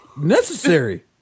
necessary